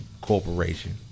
Corporation